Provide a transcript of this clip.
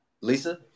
Lisa